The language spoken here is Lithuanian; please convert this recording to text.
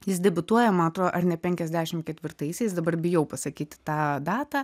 jis debiutuoja ma atro ar ne penkiasdešim ketvirtaisiais dabar bijau pasakyti tą datą